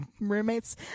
roommate's